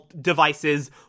devices